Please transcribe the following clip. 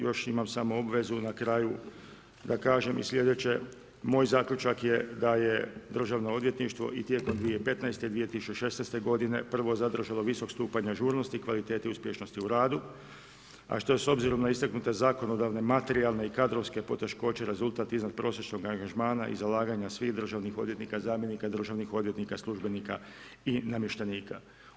Još imam samo obvezu na kraju da kažem i sljedeće, moj zaključak je da je državno odvjetništvo i tijekom 2015., 2016. godine prvo zadržalo visok stupanj ažurnosti kvalitete uspješnosti u radu, a što je s obzirom na istaknute zakonodavne materijalne i kadrovske poteškoće rezultat iznadprosječnog angažmana i zalaganja svih državnih odvjetnika, zamjenika državnih odvjetnika, službenika i namještenika.